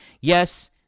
Yes